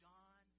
John